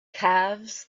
calves